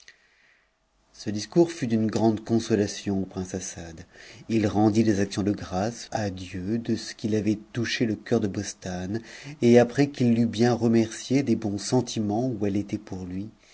ce discours fut d'une grande consolation au prince assad ii rendit actions de grâces à dieu de ce qu'il avait touché le cœur de bostane et ttës q remerciée des bons sentiments où elle était pour lui